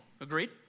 Agreed